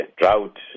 drought